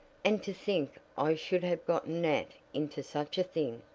and to think i should have gotten nat into such a thing!